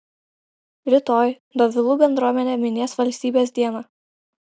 rytoj dovilų bendruomenė minės valstybės dieną